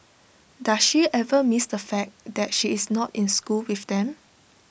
does she ever miss the fact that she is not in school with them